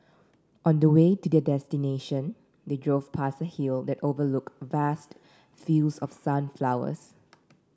on the way to their destination they drove past a hill that overlooked vast fields of sunflowers